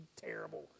terrible